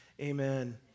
amen